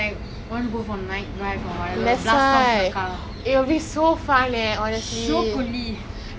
my mother I don't think she trust me with the car whatever so she say after I finish my degree I can do then I'm like என்னது:ennathu